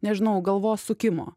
nežinau galvos sukimo